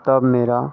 तब मेरा